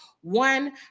One